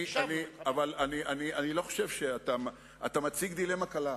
אבל אתה מציג דילמה קלה.